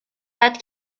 داد